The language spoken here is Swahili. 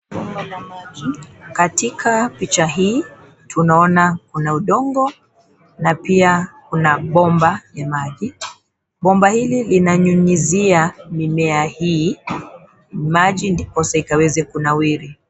Bomba la maji, katika picha hii, tunaona kuna udongo na pia kuna bomba ya maji. Bomba hili linanyunyizia mimea hii maji, ndiposa ikaweze kunawiri.